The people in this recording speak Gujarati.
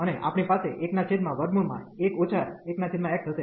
અને આપણી પાસે 11 1x હશે